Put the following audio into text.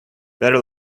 better